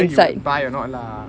whether he will buy or not lah